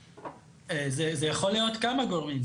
זה יכול להיות כמה גורמים,